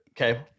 Okay